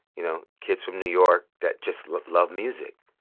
you know, kids from new york that just love love music.